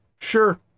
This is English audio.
Sure